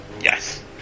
yes